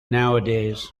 nowadays